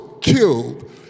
killed